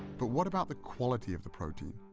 but what about the quality of the protein?